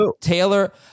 Taylor